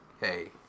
Hey